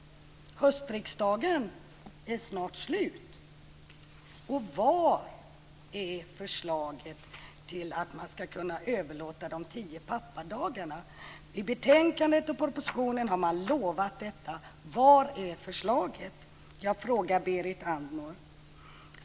Höstriksdagen är snart slut. Var är förslaget till att man ska kunna överlåta de tio pappadagarna? I betänkandet och propositionen har man lovat det. Var är förslaget? frågar jag Berit Andnor.